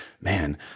man